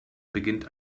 beginnt